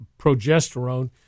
progesterone